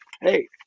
hey